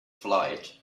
flight